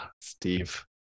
Steve